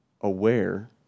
aware